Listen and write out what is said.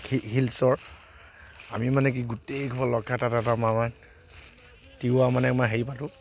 হি হিলছৰ আমি মানে কি গোটেই সোপা লগ খাই তাত এটা আমাৰ মানে তিৱা মানে আমাৰ হেৰি পাতোঁ